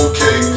Okay